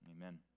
Amen